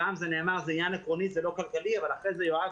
פעם נאמר שזה עניין עקרוני ולא כלכלי אבל אחרי זה יואב